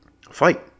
fight